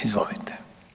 Izvolite.